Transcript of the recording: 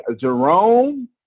Jerome